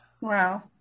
Wow